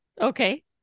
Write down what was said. Okay